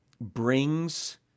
brings